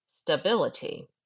stability